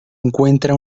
encuentra